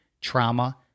trauma